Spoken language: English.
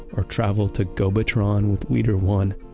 or travel to gobotron with leader one.